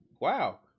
Wow